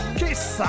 kiss